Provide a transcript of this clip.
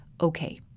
Okay